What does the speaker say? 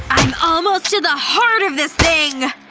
i'm almost to the heart of this thing!